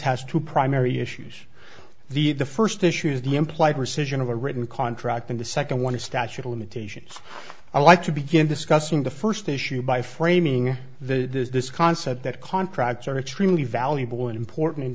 has two primary issues the first issues the implied rescission of a written contract and the second one is statute of limitations i like to begin discussing the first issue by framing the this concept that contracts are extremely valuable and importan